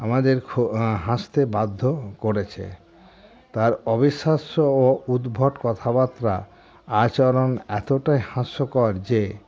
আমাদের খু হাসতে বাধ্য করেছে তার অবিশ্বাস্য ও উদ্ভট কথাবার্তা আচরণ এতটাই হাস্যকর যে